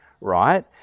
right